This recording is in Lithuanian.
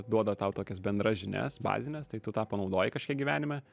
duoda tau tokias bendras žinias bazines tai tu tą panaudoji kažkiek gyvenime